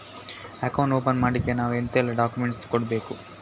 Account open ಮಾಡ್ಲಿಕ್ಕೆ ನಾವು ಎಂತೆಲ್ಲ ಡಾಕ್ಯುಮೆಂಟ್ಸ್ ಕೊಡ್ಬೇಕು?